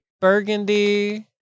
Burgundy